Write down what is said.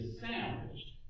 sandwiched